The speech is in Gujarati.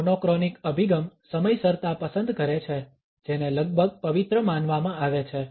મોનોક્રોનિક અભિગમ સમયસરતા પસંદ કરે છે જેને લગભગ પવિત્ર માનવામાં આવે છે